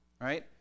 right